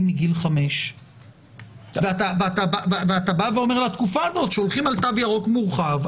מגיל 5 ואתה אומר לתקופה הזאת כאשר הולכים על תו ירוק מורחב,